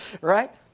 right